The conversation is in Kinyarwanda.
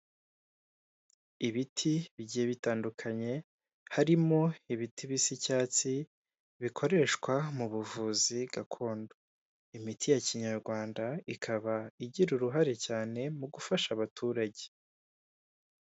Ibiti bigiye bitandukanye, harimo ibiti bisa icyatsi, bikoreshwa mu buvuzi gakondo. Imiti ya kinyarwanda ikaba igira uruhare cyane mu gufasha abaturage.